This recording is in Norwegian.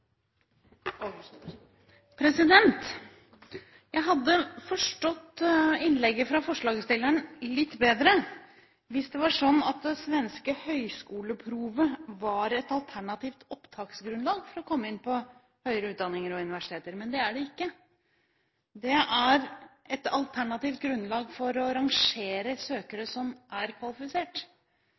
Jeg hadde forstått innlegget fra forslagsstilleren litt bedre hvis det var sånn at det svenske «högskoleprovet» var et alternativt opptaksgrunnlag for å komme inn på høyere utdanninger og universiteter. Men det er det ikke. Det er et alternativt grunnlag for å rangere søkere som er kvalifisert.